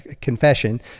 confession